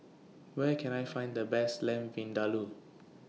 Where Can I Find The Best Lamb Vindaloo